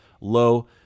low